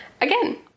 again